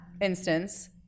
instance